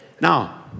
Now